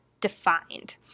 defined